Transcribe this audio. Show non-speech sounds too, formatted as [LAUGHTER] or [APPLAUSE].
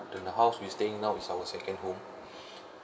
and the house we staying now is our second home [BREATH]